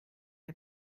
der